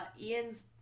Ian's